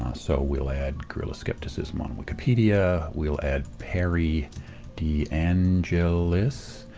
so we'll add guerrilla skepticism on wikipedia, we'll add perry deangelis,